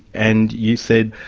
and you said,